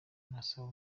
nasaba